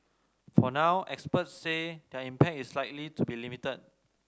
for now experts say their impact is likely to be limited